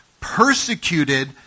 persecuted